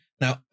Now